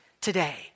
today